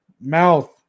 mouth